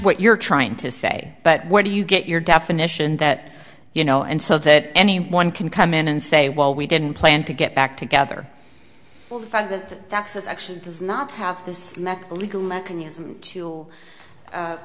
what you're trying to say but where do you get your definition that you know and so that anyone can come in and say well we didn't plan to get back together well the fact that that's action does not have this legal mechanism to